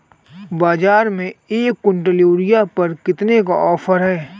बाज़ार में एक किवंटल यूरिया पर कितने का ऑफ़र है?